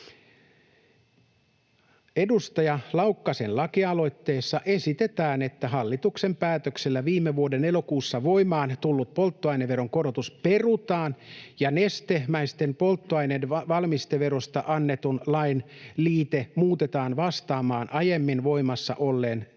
Edustaja Laukkasen lakialoitteessa esitetään, että hallituksen päätöksellä viime vuoden elokuussa voimaan tullut polttoaineveron korotus perutaan ja nestemäisten polttoaineiden valmisteverosta annetun lain liite muutetaan vastaamaan aiemmin voimassa olleen liitteen